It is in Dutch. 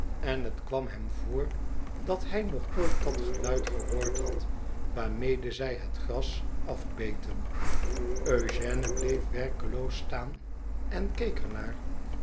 en het kwam hem voor dat hij nog nooit dat geluid gehoord had waarmede zij het gras afbeten eugène bleef werkeloos staan en keek